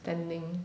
standing